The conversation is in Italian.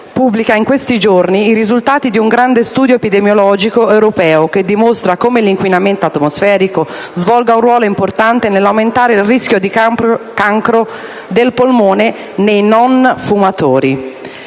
pubblica in questi giorni i risultati di un grande studio epidemiologico europeo che dimostra come l'inquinamento atmosferico svolga un ruolo importante nell'aumentare il rischio di cancro del polmone anche nei non-fumatori.